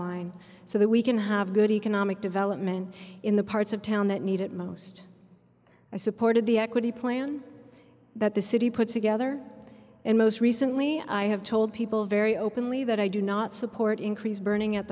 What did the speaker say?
line so that we can have good economic development in the parts of town that need it most i supported the equity plan that the city put together and most recently i have told people very openly that i do not support increased burning at